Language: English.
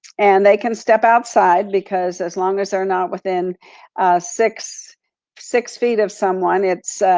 and they can step outside, because as long as they're not within six six feet of someone, it's,